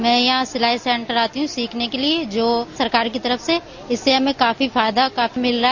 मैं यहां सिलाई सेन्टर आती हूॅ सीखने के लिए जो सरकार की तरफ से इससे हमें काफी फायदा मिल रहा